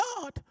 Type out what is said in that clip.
God